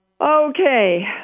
Okay